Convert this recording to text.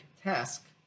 task